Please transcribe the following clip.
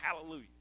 hallelujah